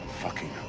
fucking